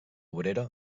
obrera